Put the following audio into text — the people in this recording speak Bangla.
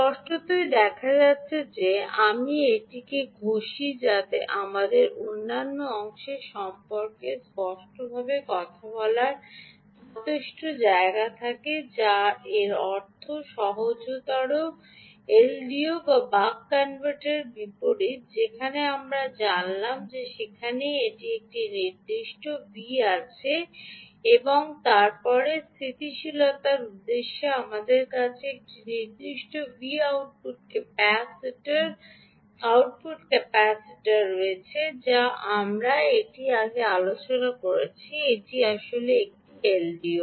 স্পষ্টতই দেখা যাচ্ছে যে আমি এটিকে ঘষি যাতে আমাদের অন্যান্য অংশ সম্পর্কে স্পষ্টভাবে কথা বলার যথেষ্ট জায়গা থাকে যা এর সহজতর অর্থ এলডিও এবং বাক কনভার্টারের বিপরীত যেখানে আমরা জানলাম যে সেখানে একটি নির্দিষ্ট V¿ আছে এবং তারপরে স্থিতিশীলতার উদ্দেশ্যে আমাদের কাছে একটি নির্দিষ্ট Vout output capacitor output capacitor রয়েছে যা আমরা এটি আগে আলোচনা করেছি এটি একটি এলডিও